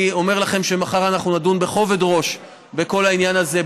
אני אומר לכם שמחר אנחנו נדון בכובד ראש בכל העניין הזה,